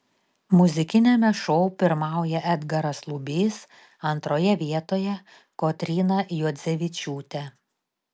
muzikiniame šou pirmauja edgaras lubys antroje vietoje kotryna juodzevičiūtė